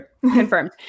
Confirmed